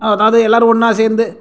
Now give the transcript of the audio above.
அதாவது எல்லாரும் ஒன்றா சேர்ந்து